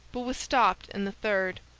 but was stopped in the third.